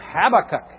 Habakkuk